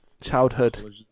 Childhood